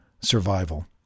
survival